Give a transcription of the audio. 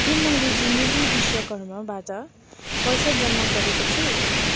के मैले जुनेली विश्वकर्माबाट पैसा जम्मा गरेको छु